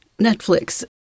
Netflix